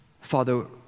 Father